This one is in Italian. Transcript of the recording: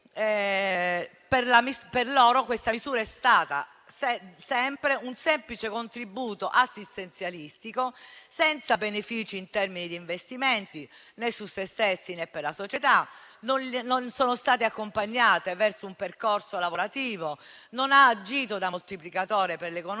persone la misura è stata sempre un semplice contributo assistenzialistico senza benefici in termini di investimenti, né su se stessi né per la società. Esse non sono state inoltre accompagnate verso un percorso lavorativo. Tale misura non ha agito da moltiplicatore per l'economia,